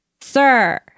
sir